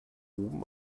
oben